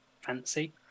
fancy